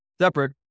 Separate